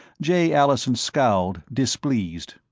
jay allison scowled, displeased.